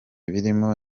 birimo